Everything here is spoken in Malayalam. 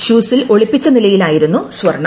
ഏഷ്ടൂസിൽ ഒളിപ്പിച്ച നിലയിലായിരുന്നു സ്വർണം